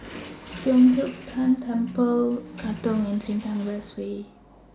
Giok Hong Tian Temple Katong and Sengkang West Way